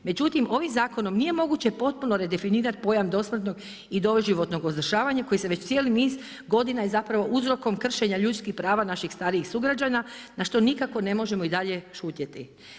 Međutim ovim zakonom nije moguće potpuno redefinirati pojam dosmrtnog i doživotnog uzdržavanja koji se već cijeli niz godina i zapravo uzrokom kršenja ljudskih prava naših starijih sugrađana na što nikako ne možemo i dalje šutjeti.